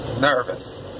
Nervous